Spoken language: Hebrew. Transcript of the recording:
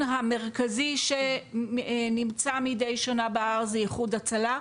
המרכזי שנמצא מדי שנה בהר זה איחוד הצלה.